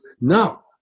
no